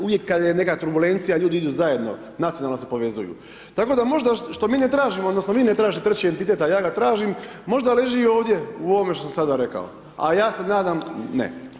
Uvijek kad je neka turbulencija ljudi idu zajedno, nacionalno se povezuju, tako da možda što mi ne tražimo odnosno vi ne tražite treći entitet, a ja ga tražim, možda leži ovdje, u ovom što sam sada rekao, a ja se nadam ne.